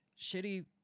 shitty